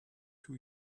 two